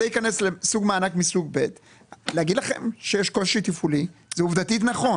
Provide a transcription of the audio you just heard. להגיד לכם שיש קושי תפעולי זה עובדתית נכון.